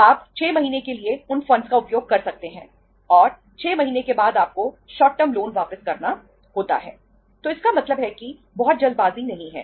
आप 6 महीने के लिए उन फंड्स वित्त का मामला नहीं है